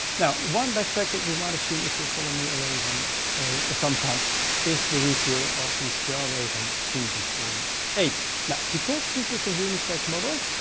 now, one backpack that you might've seen, if you follow me already once sometime is the review of the fjallraven singi forty eight. now, because this is a unisex model.